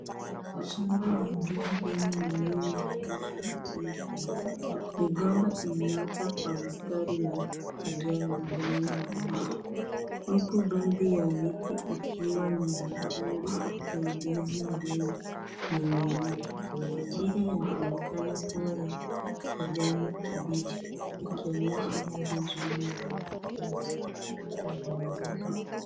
Shamba la ndizi lenye mimea ya ndizi lenye migomba. Mingomba imeota kwenye mistari yalijaa majani mabichi. Huku baadhi ya miti ikiwa ni mekundu ya ndizi iliyo ninginia . Zingine inaonekana kuwa ya kijani kibichi. Ikionesha Hali nzuri ya ukuwaji Wa majani.